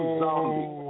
zombie